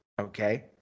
okay